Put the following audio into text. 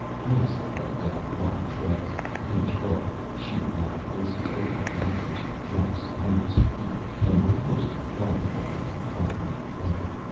twice they went down blind trails that pinched off, with sheer rock faces opening out into drops of hundreds of feet, and were forced to climb again and find another way.